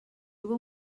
juga